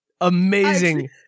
Amazing